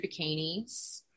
bikinis